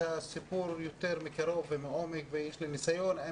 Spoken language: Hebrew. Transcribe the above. הסיפור יותר מקרוב ולעומק ויש לי ניסיון.